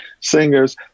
singers